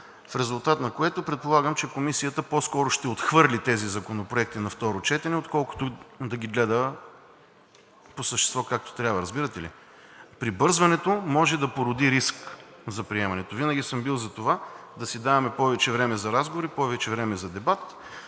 в резултат на което предполагам, че Комисията по-скоро ще отхвърли тези законопроекти на второ четене, отколкото да ги гледа по същество, както трябва. Разбирате ли? Прибързването може да породи риск за приемането. Винаги съм бил за това да си даваме повече време за разговори, повече време за дебат.